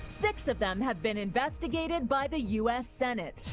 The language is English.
six of them have been investigated by the u s. senate.